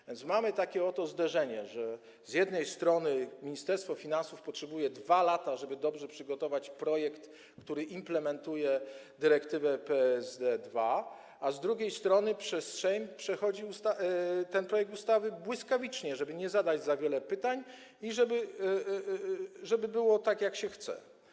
A więc mamy takie oto zderzenie, że z jednej strony Ministerstwo Finansów potrzebuje 2 lat, żeby dobrze przygotować projekt ustawy, która implementuje dyrektywę PSD2, a z drugiej strony przez Sejm przechodzi ten projekt błyskawicznie, żeby nie zadawać za wiele pytań i żeby było tak, jak się chce.